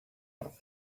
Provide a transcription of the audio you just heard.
but